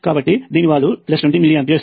కాబట్టి దీని వాలు 20 మిల్లీ ఆంప్స్